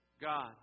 God